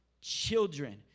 children